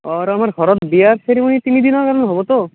অ' আমাৰ ঘৰত বিয়া তিনি দিনৰ কাৰণে হ'বটো